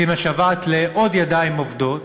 והיא משוועת לעוד ידיים עובדות,